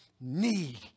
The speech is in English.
need